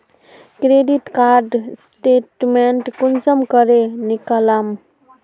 Credit card statement कुंसम करे निकलाम?